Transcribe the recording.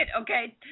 Okay